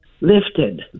lifted